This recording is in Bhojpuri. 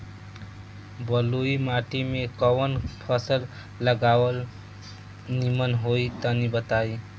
बलुई माटी में कउन फल लगावल निमन होई तनि बताई?